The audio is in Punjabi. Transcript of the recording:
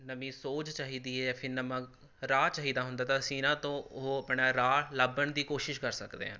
ਨਵੀਂ ਸੋਝ ਚਾਹੀਦੀ ਹੈ ਜਾਂ ਫਿਰ ਨਵਾਂ ਰਾਹ ਚਾਹੀਦਾ ਹੁੰਦਾ ਤਾਂ ਅਸੀਂ ਇਨ੍ਹਾਂ ਤੋਂ ਉਹ ਆਪਣਾ ਰਾਹ ਲੱਭਣ ਦੀ ਕੋਸ਼ਿਸ਼ ਕਰ ਸਕਦੇ ਹਾਂ